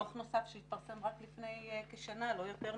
דוח נוסף שהתפרסם רק לפני כשנה, לא יותר מזה,